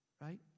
right